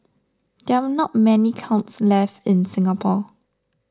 there are not many kilns left in Singapore